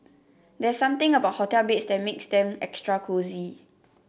there's something about hotel beds that makes them extra cosy